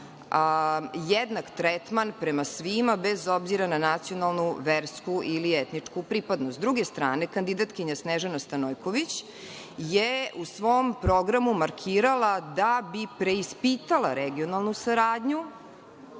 jednak tretman prema svima, bez obzira na nacionalnu, versku ili etničku pripadnost.S druge strane, kandidatkinja Snežana Stanojković je u svom programu markirala da bi preispitala regionalnu saradnju